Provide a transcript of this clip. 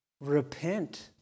Repent